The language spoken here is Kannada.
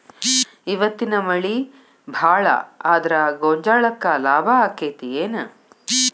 ಇವತ್ತಿನ ಮಳಿ ಭಾಳ ಆದರ ಗೊಂಜಾಳಕ್ಕ ಲಾಭ ಆಕ್ಕೆತಿ ಏನ್?